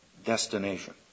destination